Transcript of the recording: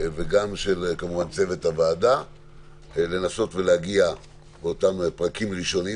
וגם של צוות הוועדה להגיע באותם פרקים ראשונים,